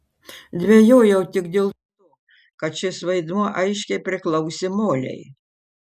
dvejojau tik dėl to kad šis vaidmuo aiškiai priklausė molei